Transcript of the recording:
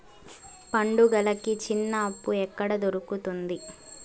పండుగలకి చిన్న అప్పు ఎక్కడ దొరుకుతుంది